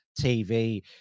TV